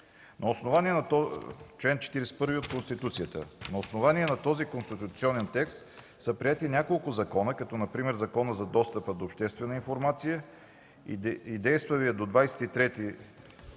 На основание на този конституционен текст са приети няколко закона, като например Законът за достъп до обществената информация и действалият до 26.03.2013